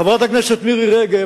חברת הכנסת מירי רגב,